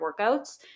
workouts